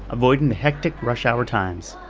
avoiding the hectic, rush hour times